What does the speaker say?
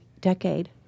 decade